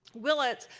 will lits,